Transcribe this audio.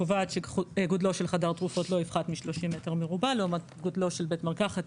קובעת שגודלו של חדר תרופות לא יפחת מ-30 מ"ר לעומת גודלו של בית מרקחת,